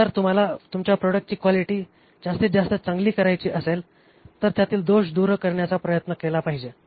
जर तुम्हाला तुमच्या प्रॉडक्टची क्वालिटी जास्तीतजास्त चांगली करायची असेल तर त्यातील दोष दूर करण्याचा प्रयत्न केला पाहिजे